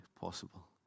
possible